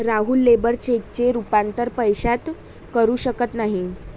Rahul labour चेकचे रूपांतर पैशात करू शकत नाही